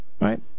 Right